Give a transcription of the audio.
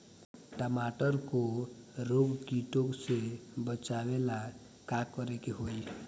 टमाटर को रोग कीटो से बचावेला का करेके होई?